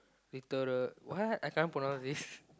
litera~ what I can't pronounce this